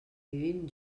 vivim